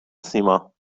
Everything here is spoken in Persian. سیما